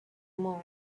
monk